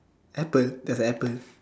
apple there's a apple